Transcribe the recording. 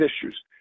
issues